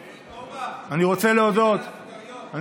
אורבך, לביטן על הסוכריות.